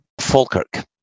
Falkirk